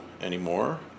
anymore